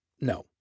No